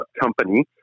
company